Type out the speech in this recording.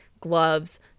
gloves